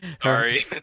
sorry